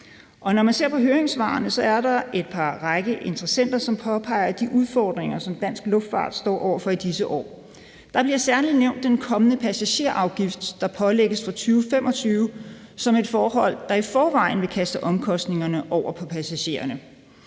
Når man ser på høringssvarene, er der et par interessenter, der påpeger de udfordringer, som dansk luftfart står over for i disse år. Der bliver særlig nævnt den kommende passagerafgift, der pålægges fra 2025, som et forhold, der i forvejen vil kaste omkostninger over på passagererne.